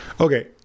Okay